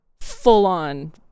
full-on